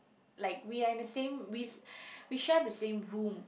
like we are in the same we we share the same room